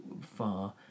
far